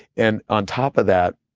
and on top of that,